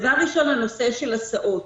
דבר ראשון, בנושא ההסעות.